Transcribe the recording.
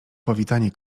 powitanie